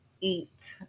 eat